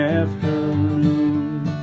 afternoon